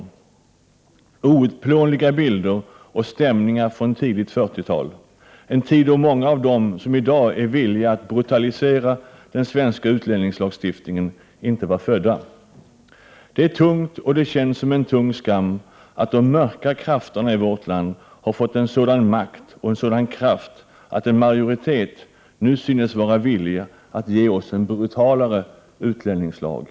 Det är outplånliga bilder och stämningar från tidigt 40-tal, en tid då många av dem som i dag är villiga att brutalisera den svenska utlänningslagstiftningen inte var födda. Det är tungt och det känns som en tung skam att de mörka krafterna i vårt land har fått en sådan makt och en sådan kraft att en majoritet nu synes vara villig att ge oss en brutalare utlänningslag.